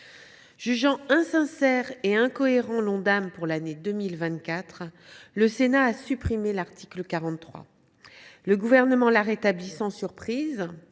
Jugeant insincère et incohérent l’Ondam pour 2024, le Sénat a supprimé l’article 43. Le Gouvernement l’a rétabli sans surprise,